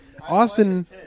Austin